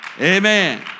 Amen